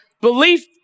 belief